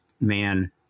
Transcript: man